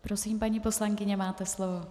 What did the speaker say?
Prosím, paní poslankyně, máte slovo.